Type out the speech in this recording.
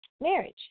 Marriage